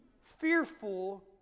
fearful